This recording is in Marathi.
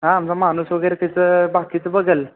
हां आमचा माणूस वगैरे त्याचं बाकीचं बघेल